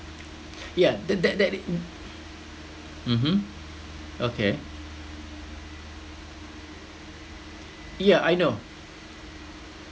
ya that that that i~ mmhmm okay yeah I know